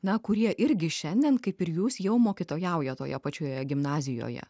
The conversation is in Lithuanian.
na kurie irgi šiandien kaip ir jūs jau mokytojauja toje pačioje gimnazijoje